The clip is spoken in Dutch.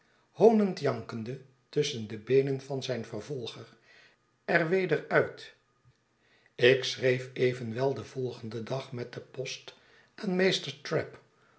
hoonend jankende tusschen de beenen van zijn vervolger er weder uit ik schreef evenwel den volgenden dag met de post aan meester trabb